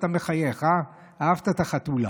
ואתה מחייך, אהבת את החתולה.